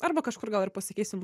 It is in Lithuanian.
arba kažkur gal ir pasakysim